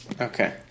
Okay